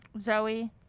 Zoe